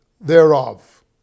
thereof